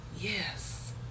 Yes